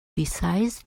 besides